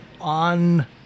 on